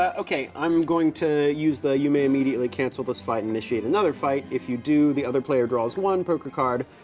ah okay, i'm going to use the, you may immediately cancel this fight and initiate another fight, if you do, the other player draws one poker card.